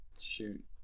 shoot